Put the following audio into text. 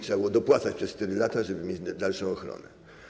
Trzeba było dopłacać przez 4 lata, żeby mieć dalszą ochronę.